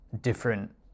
different